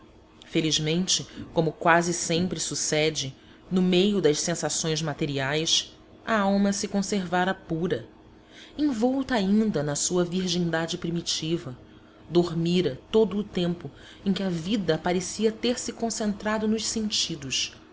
felizmente como quase sempre sucede no meio das sensações materiais a alma se conservara pura envolta ainda na sua virgindade primitiva dormira todo o tempo em que a vida parecia ter-se concentrado nos sentidos